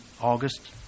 August